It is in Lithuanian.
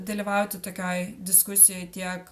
dalyvauti tokioj diskusijoj tiek